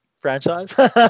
franchise